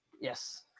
Yes